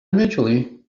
eventually